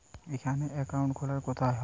এখানে অ্যাকাউন্ট খোলা কোথায় হয়?